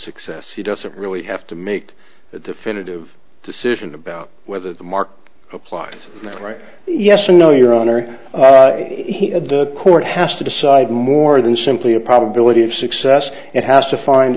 success he doesn't really have to make definitive decision about whether mark applied yes or no your honor he had the court has to decide more than simply a probability of success and has to find